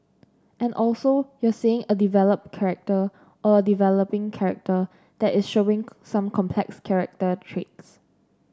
and also you're seeing a developed character or a developing character that is showing some complex character traits